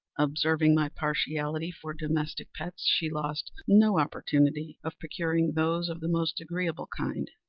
observing my partiality for domestic pets, she lost no opportunity of procuring those of the most agreeable kind.